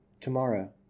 Tomorrow